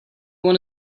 want